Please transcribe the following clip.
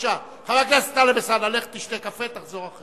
חבר הכנסת טלב אלסאנע, לך תשתה קפה ותחזור.